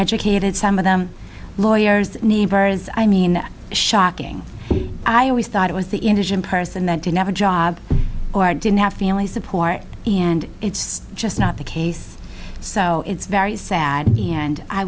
educated some of them lawyers neighbors i mean shocking i always thought it was the indigent person that didn't have a job or didn't have family support and it's just not the case so it's very sad and i